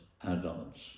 adults